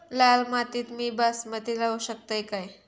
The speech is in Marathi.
लाल मातीत मी बासमती लावू शकतय काय?